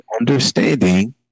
understanding